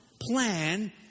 plan